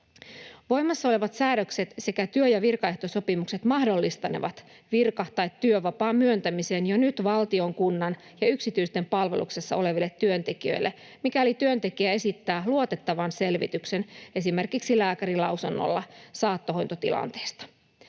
Voimassa olevat säädökset sekä työ- ja virkaehtosopimukset mahdollistanevat virka- tai työvapaan myöntämisen jo nyt valtion, kunnan ja yksityisten palveluksessa oleville työntekijöille, mikäli työntekijä esittää luotettavan selvityksen esimerkiksi lääkärinlausunnolla saattohoitotilanteesta.